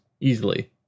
easily